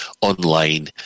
online